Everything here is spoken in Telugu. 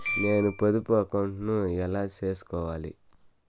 నేను పొదుపు అకౌంటు ను ఎలా సేసుకోవాలి?